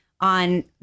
on